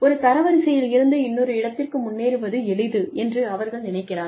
ஒரு தரவரிசையில் இருந்து இன்னொரு இடத்திற்கு முன்னேறுவது எளிது என்று அவர்கள் நினைக்கிறார்கள்